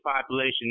population